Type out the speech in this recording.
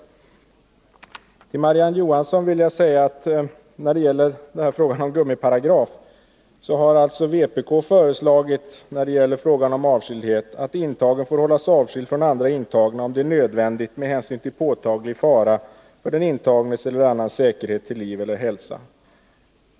Till Marie-Ann Johansson vill jag säga beträffande spörsmålet om gummiparagraf att vpk när det gäller frågan om avskildhet har föreslagit att intagen får hållas avskild från andra intagna, om det är nödvändigt med hänsyn till påtaglig fara för den intagnes eller annans säkerhet till liv eller hälsa.